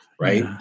right